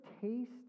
taste